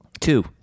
Two